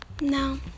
No